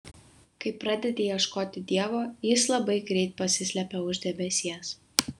kai pradedi ieškoti dievo jis labai greit pasislepia už debesies